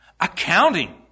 accounting